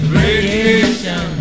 radiation